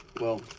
well,